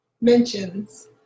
mentions